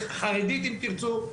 חרדית אם תרצו,